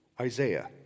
Isaiah